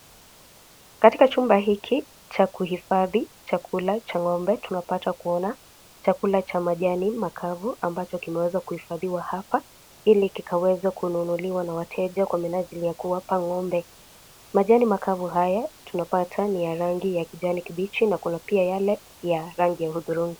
Katika chumba hiki cha kuhifadhi chakula cha ng'ombe, tunapata kuona chakula cha majani makavu ambacho kimeweza kuhifadhiwa hapa Ili kikaweze kununuliwa na wateja kwa minajili ya kuwapa ng'ombe. Majani makavu haya tunapata ni ya rangi ya kijani kibichi na kuna pia yale ya rangi ya hudhurungi.